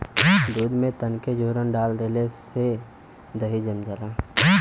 दूध में तनके जोरन डाल देले पर दही जम जाला